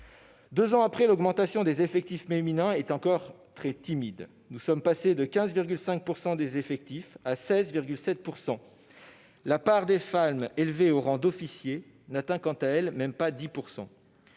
Deux ans après, l'augmentation des effectifs féminins est encore très timide : nous sommes passés de 15,5 % des effectifs à 16,7 %. La part des femmes élevées au rang d'officier n'atteint, quant à elle, même pas 10 %.